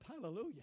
Hallelujah